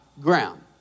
ground